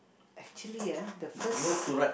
actually ah the first